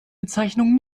bezeichnung